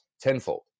tenfold